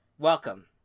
Welcome